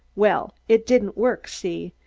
well, it didn't work, see?